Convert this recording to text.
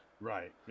Right